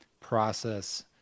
process